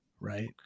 right